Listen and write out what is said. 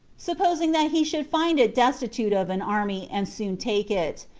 supposing that he should find it destitute of an army, and soon take it,